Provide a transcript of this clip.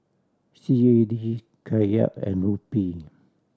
C A D Kyat and Rupee